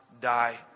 die